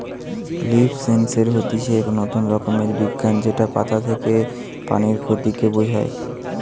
leaf sensor হতিছে নতুন রকমের বিজ্ঞান যেটা পাতা থেকে পানির ক্ষতি কে বোঝায়